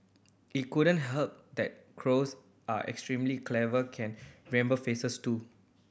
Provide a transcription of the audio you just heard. it couldn't help that crows are extremely clever can remember faces too